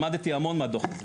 למדתי המון מהדוח,